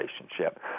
relationship